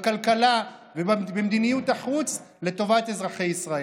בכלכלה ובמדיניות החוץ לטובת אזרחי ישראל.